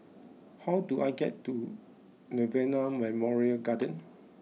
how do I get to Nirvana Memorial Garden